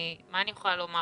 מה אני יכולה לומר?